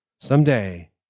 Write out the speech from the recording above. Someday